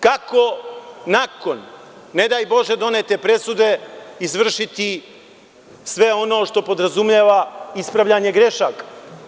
Kako nakon, ne daj Bože, donete presude, izvršiti sve ono što podrazumeva ispravljanje grešaka?